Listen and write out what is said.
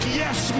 yes